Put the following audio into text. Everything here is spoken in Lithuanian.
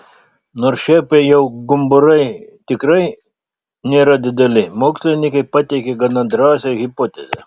nors šiaip jau gumburai tikrai nėra dideli mokslininkai pateikė gana drąsią hipotezę